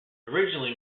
originally